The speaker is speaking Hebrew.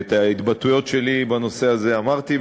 את ההתבטאויות שלי בנושא הזה אמרתי,